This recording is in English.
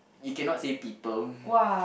you cannot say people